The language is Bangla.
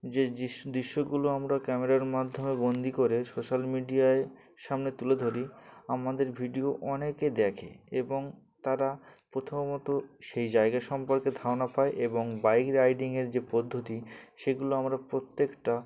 যে দৃশ দৃশ্যগুলো আমরা ক্যামেরার মাধ্যমে বন্দি করে সোশ্যাল মিডিয়ার সামনে তুলে ধরি আমাদের ভিডিও অনেকে দেখে এবং তারা প্রথমত সেই জায়গা সম্পর্কে ধারণা পায় এবং বাইক রাইডিংয়ের যে পদ্ধতি সেগুলো আমরা প্রত্যেকটা